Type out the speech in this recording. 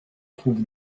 trouve